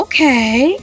Okay